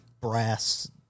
brass